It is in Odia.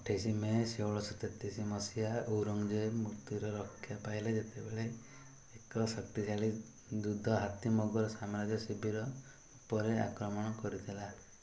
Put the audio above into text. ଅଠେଇଶ ମେ ଷୋଳଶହ ତେତିଶ ମସିହା ଓରଙ୍ଗଜେବ ମୃତ୍ୟୁରୁ ରକ୍ଷା ପାଇଲେ ଯେତେବେଳେ ଏକ ଶକ୍ତିଶାଳୀ ଧୁଦ୍ଧ ହାତୀ ମୋଗଲ ସାମ୍ରାଜ୍ୟ ଶିବିର ଉପରେ ଆକ୍ରମଣ କରିଥିଲା